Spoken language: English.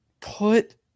Put